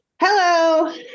Hello